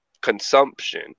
consumption